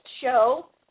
show